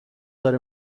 داره